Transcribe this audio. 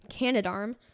Canadarm